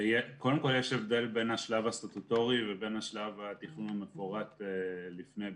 קודם כל יש הבדל בין השלב הסטטוטורי ובין שלב תכנון מפורט לפני ביצוע.